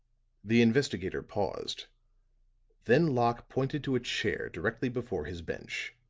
the investigator paused then locke pointed to a chair directly before his bench,